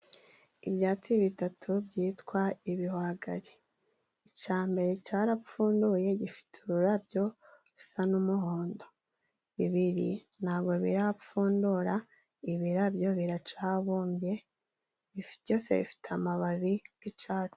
Ibyatsi bitatu byitwa ibihwagari. Icya mbere cyarapfunduye gifite ururabyo rusa n'umuhondo. Bibiri nta bwo birapfundura ibirabyo, biracyabumbye, byose bifite amababi y'icyatsi.